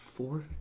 four